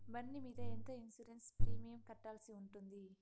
బండి మీద ఎంత ఇన్సూరెన్సు ప్రీమియం కట్టాల్సి ఉంటుంది?